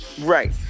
Right